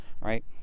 right